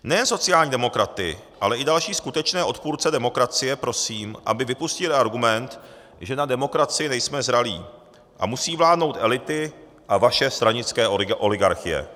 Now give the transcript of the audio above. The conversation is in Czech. Nejen sociální demokraty, ale i další skutečné odpůrce demokracie prosím, aby vypustili argument, že na demokracii nejsme zralí a musí vládnout elity a vaše stranické oligarchie.